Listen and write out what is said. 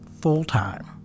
full-time